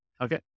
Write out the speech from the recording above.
Okay